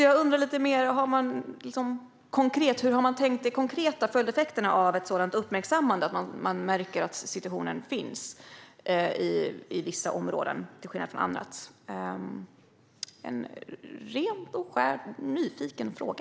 Jag undrar hur man har tänkt i fråga om de konkreta följdeffekterna av ett sådant uppmärksammande av att situationen finns i vissa områden till skillnad från andra. Detta är en rent och skärt nyfiken fråga.